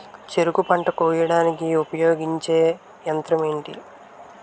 చెరుకు పంట కోయడానికి ఉపయోగించే యంత్రం ఎంటి?